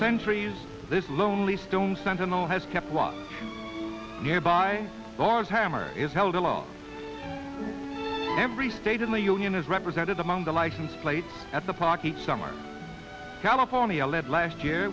centuries this lonely stone sentinel has kept one nearby bars hammers is held aloft every state in the union is represented among the license plate at the park each summer california led last year